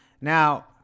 Now